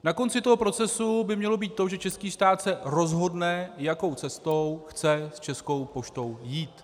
Na konci toho procesu by mělo být to, že český stát se rozhodne, jakou cestou chce s Českou poštou jít.